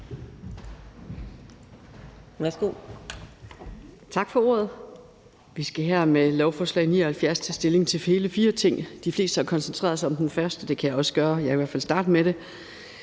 Tak for ordet. Vi skal her med lovforslag L 79 tage stilling til hele fire ting. De fleste har koncentreret sig om den første, og det vil jeg også i hvert fald begynde med.